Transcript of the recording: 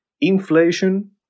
inflation